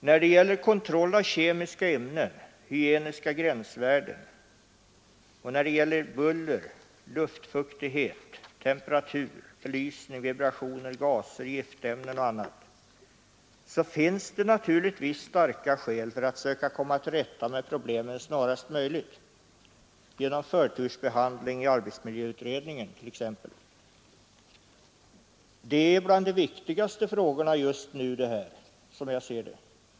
När det gäller kontrollen av kemiska ämnen, hygieniska gränsvärden i fråga om buller, luftfuktighet, temperatur, belysning, vibrationer, gaser, giftämnen och annat finns det naturligtvis starka skäl för att söka komma till rätta med problemen snarast möjligt, t.ex. genom förtursbehandling i arbets miljöutredningen. Dessa frågor är bland de viktigaste just nu.